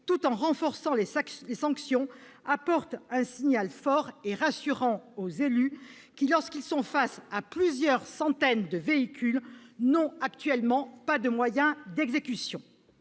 tout en renforçant les sanctions, apporte un signal fort et rassurant aux élus, qui, lorsqu'ils sont face à plusieurs centaines de véhicules, n'ont pas, actuellement, de moyens d'exécution.